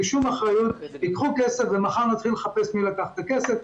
שום אחריות וייקחו כסף ומחר נתחיל לחפש מי לקח את הכסף.